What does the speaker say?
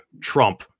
Trump